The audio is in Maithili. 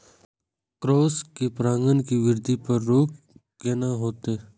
क्रॉस परागण के वृद्धि पर रोक केना होयत?